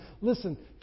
Listen